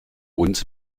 uns